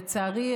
לצערי,